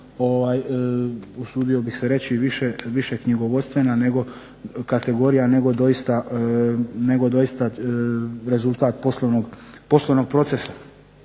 usudio bih se reći više knjigovodstvena nego kategorija nego doista rezultat poslovnog procesa.